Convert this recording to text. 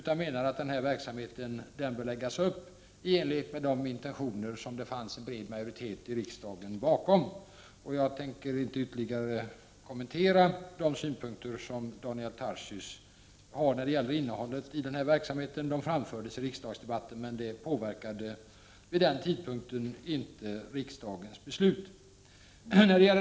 Denna verksamhet bör läggas upp i enlighet med de intentioner som det fanns en bred majoritet bakom i riksdagen. Jag tänker inte ytterligare kommentera de synpunkter som Daniel Tarschys har på innehållet i denna verksamhet. De framfördes i riksdagsdebatten, men det påverkade vid den tidpunkten inte riksdagens beslut.